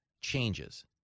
changes